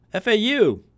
FAU